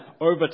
over